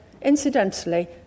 Incidentally